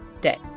day